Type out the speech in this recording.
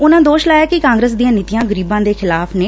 ਉਨੂਾਂ ਦੋਸ਼ ਲਾਇਆ ਕਿ ਕਾਂਗਰਸ ਦੀਆਂ ਨੀਤੀਆਂ ਗਰੀਬਾਂ ਦੇ ਖਿਲਾਫ਼ ਨੇ